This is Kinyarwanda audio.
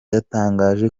yatangaje